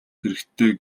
хэрэгтэй